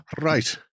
Right